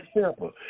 simple